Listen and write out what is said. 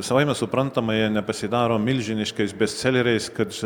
savaime suprantama jie nepasidaro milžiniškais bestseleriais kad